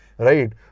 Right